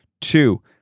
Two